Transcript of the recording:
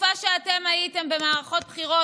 בתקופה שאתם הייתם במערכות בחירות,